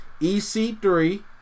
EC3